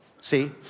See